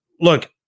look